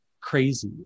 crazy